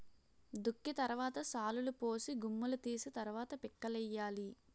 దుక్కి తరవాత శాలులుపోసి గుమ్ములూ తీసి తరవాత పిక్కలేయ్యాలి